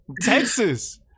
Texas